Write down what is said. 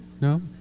No